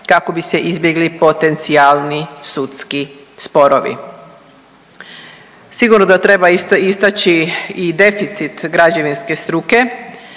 kako bi se izbjegli potencijalni sudski sporovi. Sigurno da treba istači i deficit građevinske struke,